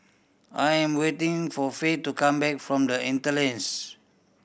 I am waiting for Faye to come back from The Interlace